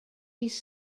his